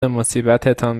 مصیبتتان